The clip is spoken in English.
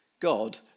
God